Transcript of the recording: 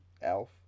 Elf